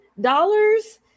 dollars